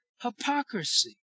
hypocrisy